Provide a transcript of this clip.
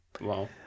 Wow